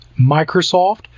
Microsoft